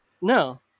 no